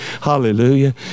Hallelujah